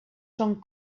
són